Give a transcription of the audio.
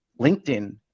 LinkedIn